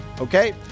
Okay